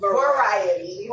variety